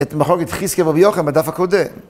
את מחלוקת חזקיה ורבי יוחנן בדף הקודם.